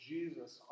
Jesus